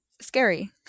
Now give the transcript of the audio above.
Scary